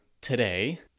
today